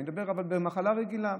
אבל אני מדבר על מחלה רגילה.